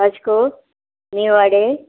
वाश्को नीव वाडे